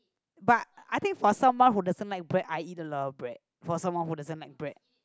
but I think for someone who doesn't like bread I eat a lot of bread for someone who doesn't like bread